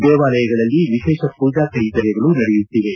ದೇವಾಲಯಗಳಲ್ಲಿ ವಿಶೇಷ ಪೂಜಾ ಕೈಂಕರ್ಯಗಳು ನಡೆಯುತ್ತಿವೆ